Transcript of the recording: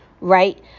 right